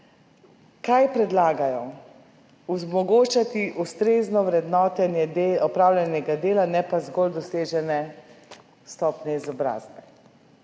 Kaj predlagajo? Omogočiti ustrezno vrednotenje opravljenega dela, ne pa zgolj dosežene stopnje izobrazbe,